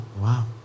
Wow